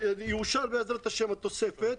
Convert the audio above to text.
ותאושר בעזרת ה' התוספת,